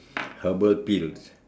herbal pills